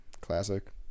classic